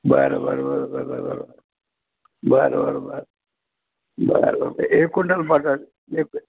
बरं बरं बरं बरं बरं बरं बरं बरं बरं बरं बरं बरं एक क्विंटल एक